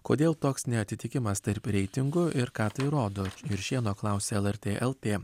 kodėl toks neatitikimas tarp reitingų ir ką tai rodo juršėno klausė lrt lt